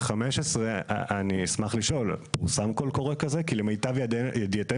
שהמחוקק ביקש מהמשרד לבצע או הנחה בחוק.